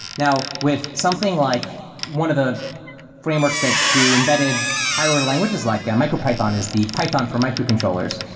now with something like one of the frameworks that do embedded higher order languages, like micro-python is the python for microcontrollers.